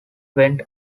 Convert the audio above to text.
went